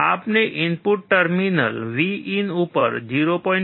આપણે input terminal ઉપર 0